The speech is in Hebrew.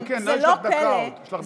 כן, כן, יש לך דקה עוד, יש לך דקה.